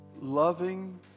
loving